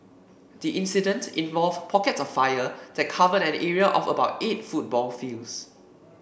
the incident involved pockets of fire that covered an area of about eight football fields